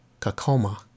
Kakoma